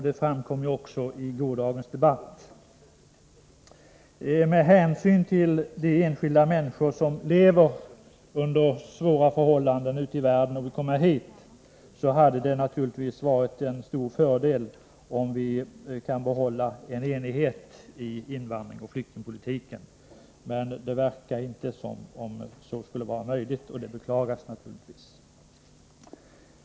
Det framkom också i gårdagens debatt. Med hänsyn till de enskilda människor som lever under svåra förhållanden ute i världen och som vill komma hit, hade det givetvis varit en stor fördel om vi hade kunnat behålla en enighet om invandringsoch flyktingpolitiken. Det verkar dock inte vara möjligt, vilket naturligtvis beklagas.